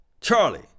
Charlie